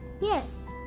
Yes